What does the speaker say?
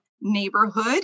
neighborhood